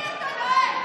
למי אתה נואם?